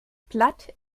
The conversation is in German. blatt